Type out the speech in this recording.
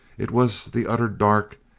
it was the utter dark,